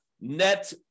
net